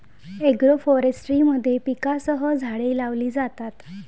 agroforestry मध्ये पिकांसह झाडे लावली जातात